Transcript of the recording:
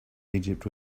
egypt